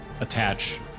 attach